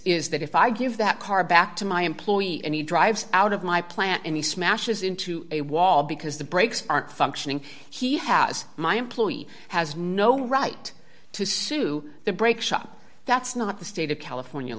is that if i give that car back to my employee and he drives out of my plant and he smashes into a wall because the brakes aren't functioning he has my employee has no right to sue the brake shop that's not the state of california